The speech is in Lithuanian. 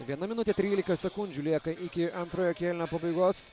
viena minutė trylika sekundžių lieka iki antrojo kėlinio pabaigos